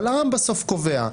אבל העם בסוף קובע.